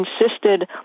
insisted